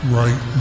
right